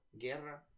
Guerra